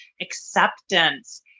acceptance